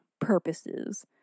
purposes